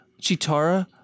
Chitara